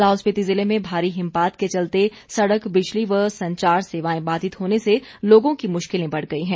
लाहौल स्पिति जिले में भारी हिमपात के चलते सड़क बिजली व संचार सेवाएं बाधित होने से लोगों की मुश्किलें बढ़ गई हैं